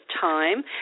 time